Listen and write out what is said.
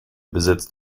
besitzt